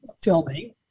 filming